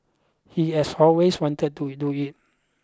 he has always wanted to do it